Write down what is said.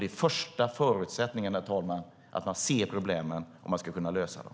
Den första förutsättningen för att lösa problemen är att se dem.